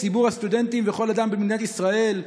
ציבור הסטודנטים וכל אדם במדינת ישראל,